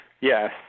Yes